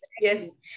Yes